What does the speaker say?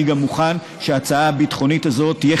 אני גם מוכן שההצעה הביטחונית הזאת תהיה